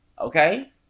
okay